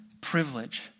privilege